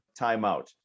timeout